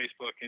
Facebook